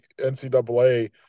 NCAA